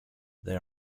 they